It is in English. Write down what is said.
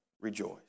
rejoice